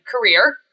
career